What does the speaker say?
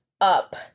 up